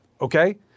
Okay